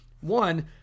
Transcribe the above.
one